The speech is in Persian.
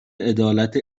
عدالت